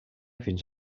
fins